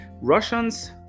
Russians